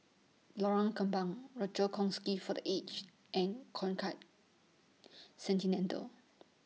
Lorong Kembang Rochor For The Aged and Concard Centenendal